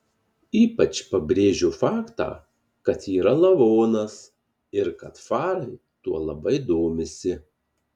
ypač pabrėžiu faktą kad yra lavonas ir kad farai tuo labai domisi